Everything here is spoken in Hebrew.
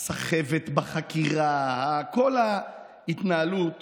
הסחבת בחקירה, כל ההתנהלות